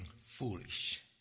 foolish